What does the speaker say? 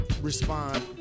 respond